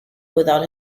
without